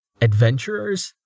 Adventurers